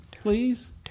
please